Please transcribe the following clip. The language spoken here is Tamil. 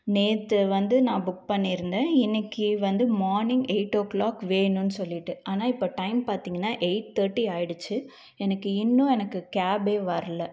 நேற்று வந்து நான் புக் பண்ணியிருந்தேன் இன்றைக்கி வந்து மார்னிங் எய்ட் ஓ கிளாக் வேணும்னு சொல்லிவிட்டு ஆனால் இப்போ டைம் பார்த்தீங்கன்னா எய்ட் தேர்ட்டி ஆகிடுச்சி எனக்கு இன்னும் எனக்கு கேபே வர்லை